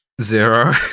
Zero